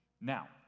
Now